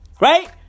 Right